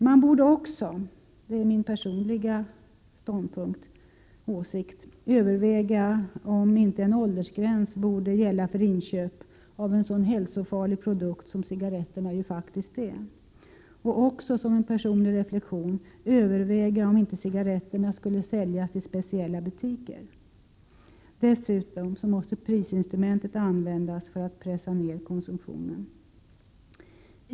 Man borde också — det är min personliga åsikt — överväga om inte en åldersgräns borde gälla för inköp av en så hälsofarlig produkt som cigaretterna ju faktiskt är. En annan personlig reflexion är att man också borde överväga om inte cigaretter skulle säljas i speciella butiker. Dessutom måste prisinstrumentet användas för att pressa ner konsumtionen.